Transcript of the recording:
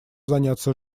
заняться